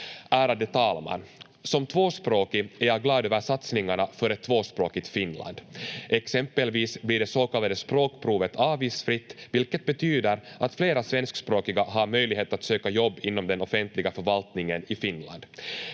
Ärade talman! Som tvåspråkig är jag glad över satsningarna för ett tvåspråkigt Finland. Exempelvis blir det så kallade språkprovet avgiftsfritt, vilket betyder att flera svenskspråkiga har möjlighet att söka jobb inom den offentliga förvaltningen i Finland.